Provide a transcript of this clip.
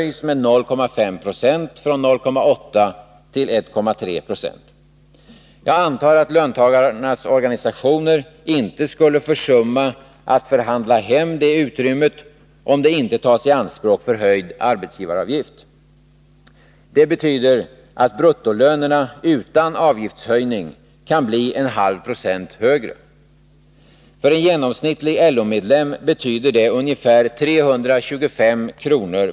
Jag antar att löntagarnas organisationer inte skulle försumma att förhandla hem det utrymmet, om det inte tas i anspråk för höjd arbetsgivaravgift. Det betyder att bruttolönerna utan avgiftshöjning kan bli en halv procent högre. För en genomsnittlig LO-medlem betyder det ungefär 325 kr.